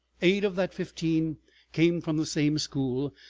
eight of that fifteen came from the same school,